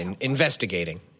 investigating